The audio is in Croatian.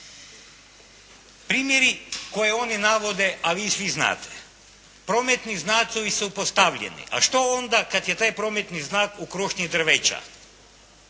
Primjeri koje oni navode, a vi svi znate. Prometni znakovi su postavljeni, a što onda kad je taj prometni znak u krošnji drveća,